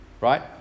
Right